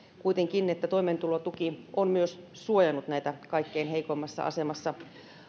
toimeentulotuki on kuitenkin myös suojannut näitä kaikkein heikoimmassa asemassa